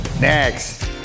Next